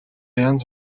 янз